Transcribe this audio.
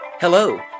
Hello